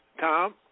Tom